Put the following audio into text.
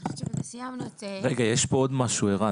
יש עוד משהו, ערן.